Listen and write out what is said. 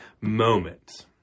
moment